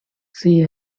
see